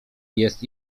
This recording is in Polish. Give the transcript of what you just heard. jest